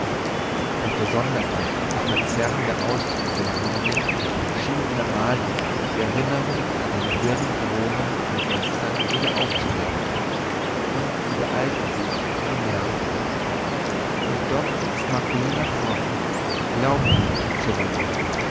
doch der sonderbar sich verzerrende ausdruck seiner mienen schien in amalia die erinnerung an seine wirren drohungen von gestern wieder aufzuwecken und sie beeilte sich zu bemerken und doch ist marcolina fromm glauben sie mir